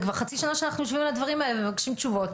כבר חצי שנה שאנחנו יושבים על הדברים האלה ומבקשים תשובות,